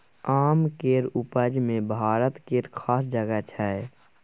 आम केर उपज मे भारत केर खास जगह छै